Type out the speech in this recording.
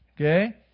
Okay